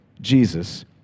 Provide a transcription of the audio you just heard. Jesus